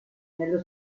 nello